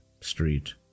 street